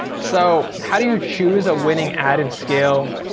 so how do you choose a winning ad and scale?